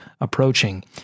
approaching